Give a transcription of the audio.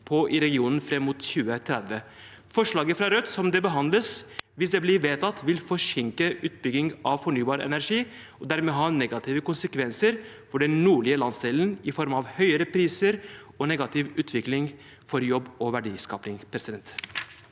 i regionen fram mot 2030. Forslaget fra Rødt som nå behandles, vil, hvis det blir vedtatt, forsinke utbyggingen av fornybar energi, og dermed ha negative konsekvenser for den nordlige landsdelen i form av høyere priser og negativ utvikling for jobb og verdiskaping. Sofie